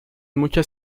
muchas